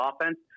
offense